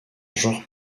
genre